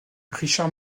richard